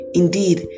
indeed